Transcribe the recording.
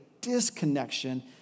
disconnection